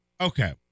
Okay